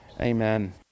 Amen